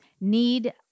need